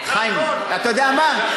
חיים, אתה יודע מה?